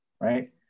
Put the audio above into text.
right